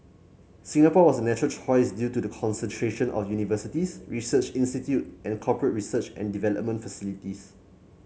Singapore was natural choice due to the concentration of universities research institute and corporate research and development facilities